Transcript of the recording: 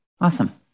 Awesome